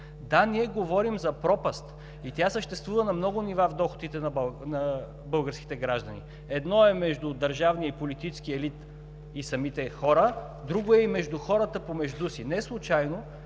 Да, ние говорим за пропаст и тя съществува на много нива в доходите на българските граждани. Едно е между държавния и политическия елит и самите хора, друго е между хората помежду си. Неслучайно